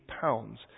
pounds